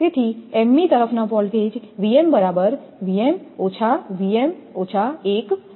તેથી m મી તરફ ના વોલ્ટેજ આ સમીકરણ 12 છે